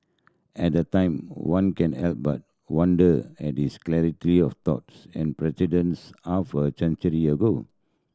at a time one can help but wonder at his clarity of thoughts and presidents half a century ago